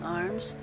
arms